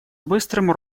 быстрым